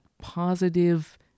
positive